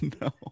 no